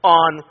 on